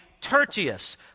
Tertius